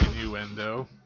innuendo